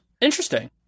Interesting